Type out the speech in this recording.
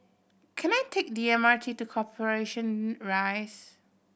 can I take the M R T to Corporation Rise